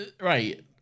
right